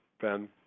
Ben